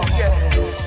yes